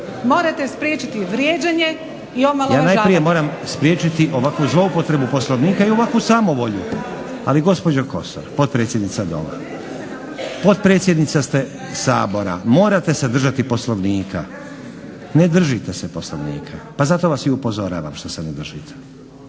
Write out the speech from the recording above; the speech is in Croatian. Morate spriječiti vrijeđanje i omalovažavanje. **Stazić, Nenad (SDP)** Ja najprije moram spriječiti ovakvu zloupotrebu Poslovnika i ovakvu samovolju. Ali gospođo Kosor, potpredsjednica Doma, potpredsjednica ste Sabora morate se držati Poslovnika. Ne držite se Poslovnika, pa zato vas i upozoravam što se ne držite.